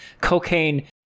cocaine